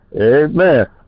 Amen